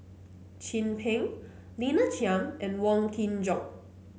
Chin Peng Lina Chiam and Wong Kin Jong